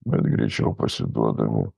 bet greičiau pasiduodami